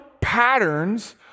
patterns